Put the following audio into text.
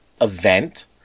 event